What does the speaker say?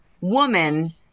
woman